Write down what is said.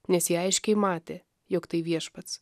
nes jie aiškiai matė jog tai viešpats